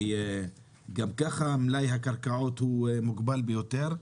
גם כך מלאי הקרקעות בחברה הערבית מוגבל ביותר,